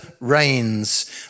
rains